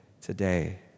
today